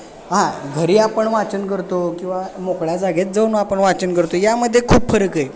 हा घरी आपण वाचन करतो किंवा मोकळ्या जागेत जाऊन आपण वाचन करतो यामध्ये खूप फरक आहे